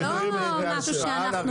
זה לא משהו שאנחנו